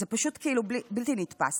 זה פשוט בלתי נתפס.